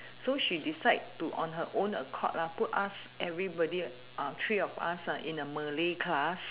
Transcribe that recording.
so she decide to on her own accord lah put us everybody uh three of us ah in a malay class